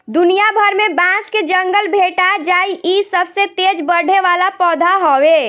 दुनिया भर में बांस के जंगल भेटा जाइ इ सबसे तेज बढ़े वाला पौधा हवे